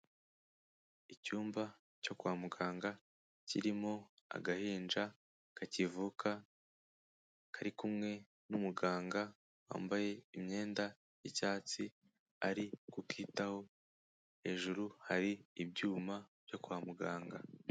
Icyumba cyo kwa muganga kirimo agahinja kakivuka, kari kumwe n'umuganga wambaye imyenda y'icyatsi ari kukitaho, hejuru hari ibyuma byo kwa muganga.